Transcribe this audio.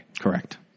Correct